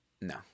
No